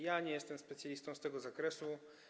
Ja nie jestem specjalistą z tego zakresu.